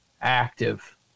active